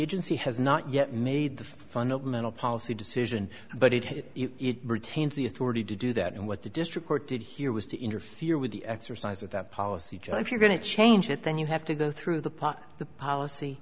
agency has not yet made the fundamental policy decision but it hit it retains the authority to do that and what the district court did here was to interfere with the exercise of that policy joe if you're going to change it then you have to go through the part the policy